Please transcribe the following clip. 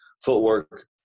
footwork